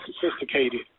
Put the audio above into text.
sophisticated